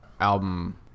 album